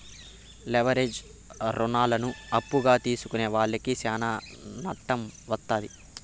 leverage రుణాలను అప్పుగా తీసుకునే వాళ్లకి శ్యానా నట్టం వత్తాది